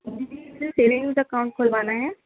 saving account کھلوانا ہے